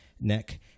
neck